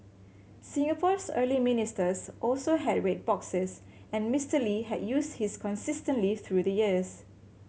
Singapore's early ministers also had red boxes and Mister Lee had used his consistently through the years